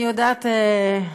אני יודעת,